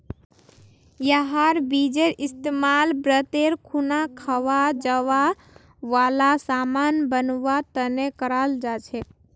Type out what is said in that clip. यहार बीजेर इस्तेमाल व्रतेर खुना खवा जावा वाला सामान बनवा तने कराल जा छे